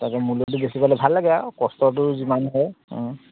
তাকে মূল্যটো বেছি পালে ভাল লাগে আও কষ্টটো যিমান হয় অঁ